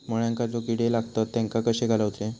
मुळ्यांका जो किडे लागतात तेनका कशे घालवचे?